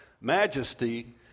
Majesty